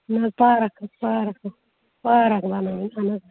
نہ حظ park park park بَناوٕنۍ اہن حظ